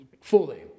fully